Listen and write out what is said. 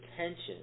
attention